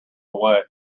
away